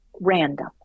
random